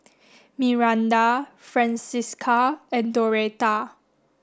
Myranda Francisca and Doretta